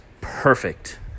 perfect